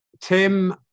Tim